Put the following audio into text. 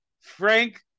Frank